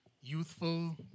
youthful